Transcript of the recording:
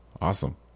awesome